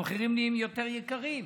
המחירים נהיים יותר גבוהים.